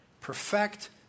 perfect